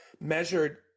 measured